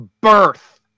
birth